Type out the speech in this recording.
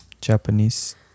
Japanese